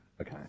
Okay